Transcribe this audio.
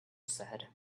said